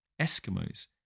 Eskimos